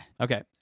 Okay